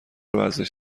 ورزش